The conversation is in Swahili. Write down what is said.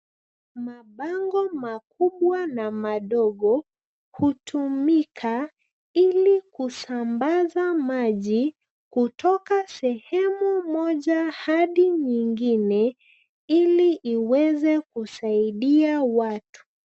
Mabango makubwa na madogo hutumika ili kusambaza maji kutoka sehemu moja hadi nyingine ili iweze kusaidia watu.